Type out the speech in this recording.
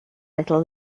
little